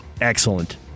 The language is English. Excellent